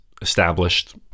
established